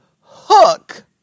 hook